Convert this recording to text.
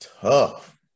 tough